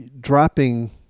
dropping